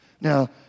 Now